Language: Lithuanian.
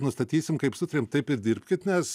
nustatysim kaip sutarėm taip ir dirbkit nes